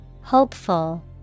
Hopeful